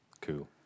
cool